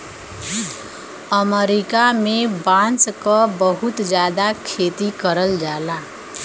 अमरीका में बांस क बहुत जादा खेती करल जाला